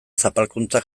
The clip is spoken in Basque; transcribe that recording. zapalkuntzak